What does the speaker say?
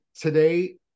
Today